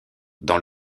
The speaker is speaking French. dans